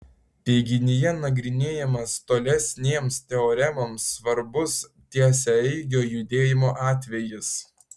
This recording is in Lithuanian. teiginyje nagrinėjamas tolesnėms teoremoms svarbus tiesiaeigio judėjimo atvejis